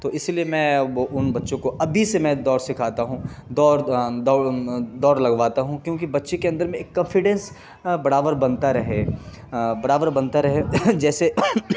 تو اسی لیے میں وہ ان بچوں کو ابھی سے میں دوڑ سکھاتا ہوں دوڑ دوڑ دوڑ لگواتا ہوں کیونکہ بچے کے اندر میں ایک کفیڈینس برابر بنتا رہے برابر بنتا رہے جیسے